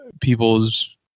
people's